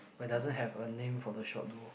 but doesn't have a name for the shop though